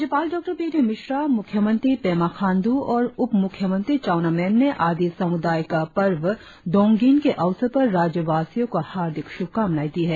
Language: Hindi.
राज्यपाल डॉ बी डी मिश्रा मुख्यमंत्री पेमा खांडू और उपमुख्यमंत्री चउना मेन ने आदी समुदाय का पर्व डोंगिंग के अवसर पर राज्यवासियों को हार्दिक शुभकामनाए दी है